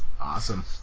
Awesome